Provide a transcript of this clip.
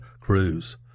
cruise